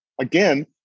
again